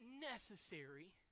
necessary